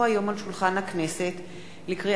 כי הונחו היום על שולחן הכנסת,